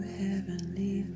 heavenly